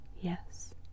Yes